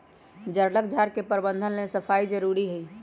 जङगल झार के प्रबंधन लेल सफाई जारुरी हइ